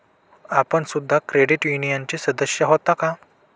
आपण सुद्धा क्रेडिट युनियनचे सदस्य होता का?